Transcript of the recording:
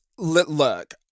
Look